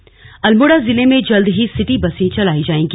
city bus Almora जिले में जल्द ही सिटी बसें चलाई जांएगी